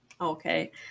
Okay